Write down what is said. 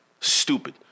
Stupid